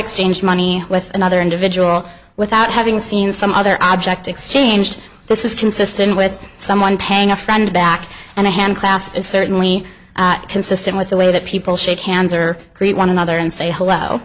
exchanged money with another individual without having seen some other object exchanged this is consistent with someone paying a friend back and a handclasp is certainly consistent with the way that people shake hands or create one another and say hello